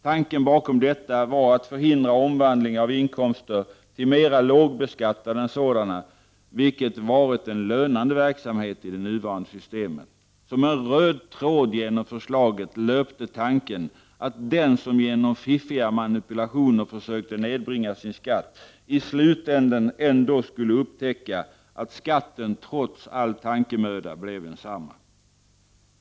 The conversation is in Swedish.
Tanken bakom detta var att förhindra omvandling av inkomster till mera lågbeskattade sådana, något som varit en lönande verksamhet i det nuvarande systemet. Som en röd tråd genom förslaget löpte tanken att den som genom fiffiga manipulationer försökte nedbringa sin skatt, i slutändan ändå skulle upptäcka att skatten trots all tankemöda blev densamma.